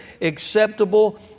acceptable